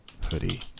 hoodie